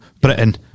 Britain